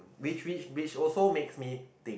which which which also makes me think